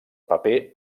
paper